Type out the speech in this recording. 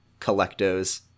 collectos